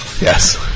Yes